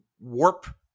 warp